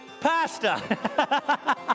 pasta